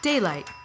Daylight